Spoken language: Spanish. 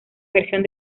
versión